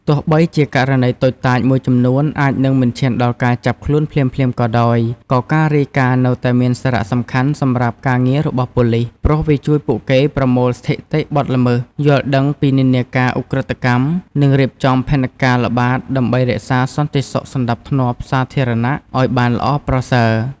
ទោះបីជាករណីតូចតាចមួយចំនួនអាចនឹងមិនឈានដល់ការចាប់ខ្លួនភ្លាមៗក៏ដោយក៏ការរាយការណ៍នៅតែមានសារៈសំខាន់សម្រាប់ការងាររបស់ប៉ូលិស ព្រោះវាជួយពួកគេប្រមូលស្ថិតិបទល្មើស យល់ដឹងពីនិន្នាការឧក្រិដ្ឋកម្ម និងរៀបចំផែនការល្បាតដើម្បីរក្សាសន្តិសុខសណ្តាប់ធ្នាប់សាធារណៈឲ្យបានល្អប្រសើរ។